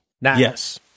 Yes